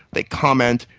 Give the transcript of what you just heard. they comment,